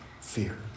Fear